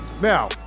Now